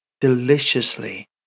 deliciously